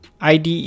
IDE